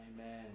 Amen